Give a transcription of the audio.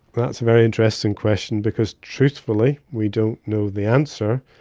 that's a very interesting question because truthfully we don't know the answer.